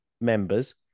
members